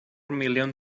million